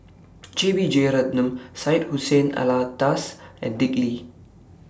J B Jeyaretnam Syed Hussein Alatas and Dick Lee